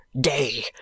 day—